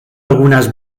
algunas